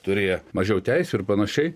turėję mažiau teisių ir panašiai